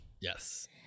Yes